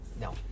no